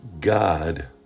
God